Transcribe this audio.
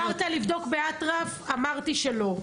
אמרת לבדוק באטרף, אמרתי שלא.